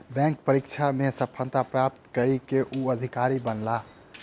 bank परीक्षा में सफलता प्राप्त कय के ओ अधिकारी बनला